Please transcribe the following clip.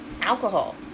alcohol